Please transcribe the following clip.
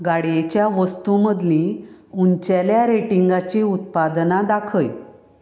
गाडयेच्या वस्तूं मदलीं उंचेल्या रेटिंगांची उत्पादनां दाखय